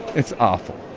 it's awful